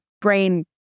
brain